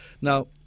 Now